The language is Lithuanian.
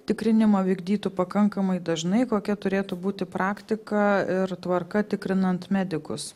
tikrinimą vykdytų pakankamai dažnai kokia turėtų būti praktika ir tvarka tikrinant medikus